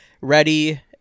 ready